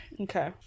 Okay